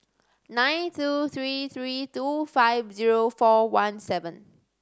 nine two three three two five zero four one seven